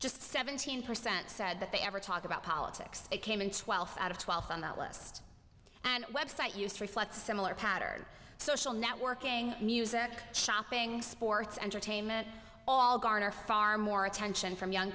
just seventeen percent said that they ever talk about politics it came in twelve out of twelve on that list and website used reflects a similar pattern social networking music shopping sports entertainment all garner far more attention from young